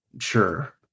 Sure